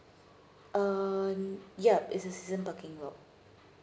uh yup is a season parking lot